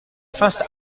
fast